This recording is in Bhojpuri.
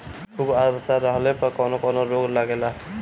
खुब आद्रता रहले पर कौन कौन रोग लागेला?